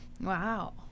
wow